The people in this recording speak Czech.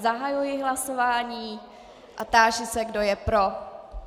Zahajuji hlasování a táži se, kdo je pro.